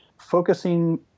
focusing